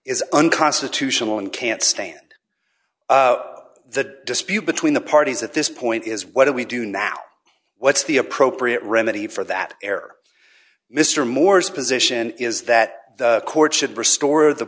is unconstitutional and can't stand the dispute between the parties at this point is what do we do now what's the appropriate remedy for that error mr moore's position is that the court should restore the